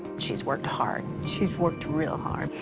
she's worked hard. she's worked real hard.